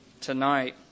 tonight